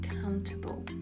accountable